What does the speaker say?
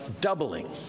doubling